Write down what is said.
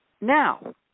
Now